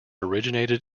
originated